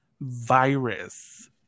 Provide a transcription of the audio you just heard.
Virus